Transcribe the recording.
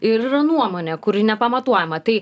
ir yra nuomonė kuri nepamatuojama tai